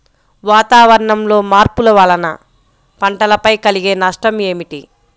వాతావరణంలో మార్పుల వలన పంటలపై కలిగే నష్టం ఏమిటీ?